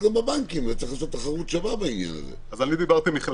גם בנושא הזה בלא